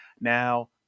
Now